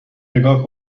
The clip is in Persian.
نگاه